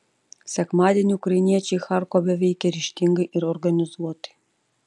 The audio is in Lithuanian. sekmadienį ukrainiečiai charkove veikė ryžtingai ir organizuotai